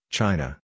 China